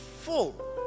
full